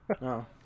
no